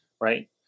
right